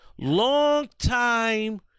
longtime